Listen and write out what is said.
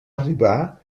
arribar